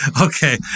okay